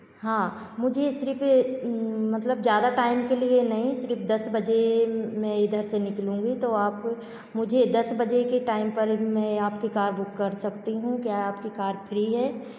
हाँ मुझे सिर्फ मतलब ज़्यादा टाइम के लिए नहीं सिर्फ दस बजे मैं इधर से निकलूंगी तो आप मुझे दस बजे के टाइम पर मैं आपकी कार बुक कर सकती हूं क्या आपकी कार फ्री है तो